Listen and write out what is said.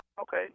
Okay